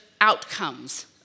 outcomes